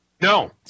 No